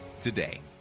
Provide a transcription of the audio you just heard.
today